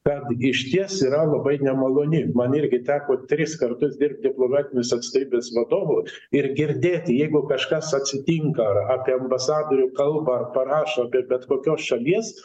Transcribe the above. kad išties yra labai nemaloni man irgi teko tris kartus dirbt diplomatinės atstovybės vadovu ir girdėti jeigu kažkas atsitinka ar apie ambasadorių kalba ar parašo apie bet kokios šalies